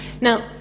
Now